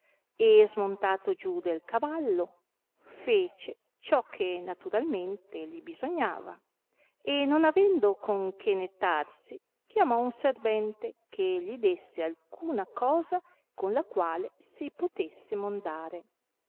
e smontato giù del cavallo fece ciò che naturalmente gli bisognava e non avendo con che nettarsi chiamò un servente che gli desse alcuna cosa con la quale si potesse mondare